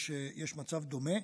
יש מצב דומה.